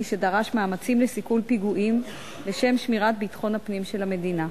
שדרש מאמצים לסיכול פיגועים לשם שמירת ביטחון הפנים של המדינה.